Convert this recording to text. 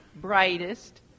brightest